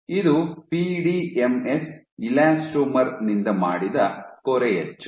ಇದು PDMS elastomer ನಿಂದ ಮಾಡಿದ ಕೊರೆಯಚ್ಚು